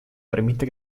permite